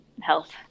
health